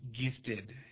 gifted